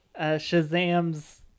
Shazam's